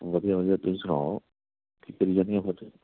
ਵਧੀਆ ਵਧੀਆ ਤੁਸੀਂ ਸਣਾਉ ਕੀ ਕਰੀ ਜਾਂਦੇ ਹੋ ਅੱਜ